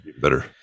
better